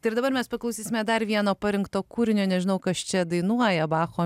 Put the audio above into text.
tai ir dabar mes paklausysime dar vieno parinkto kūrinio nežinau kas čia dainuoja bacho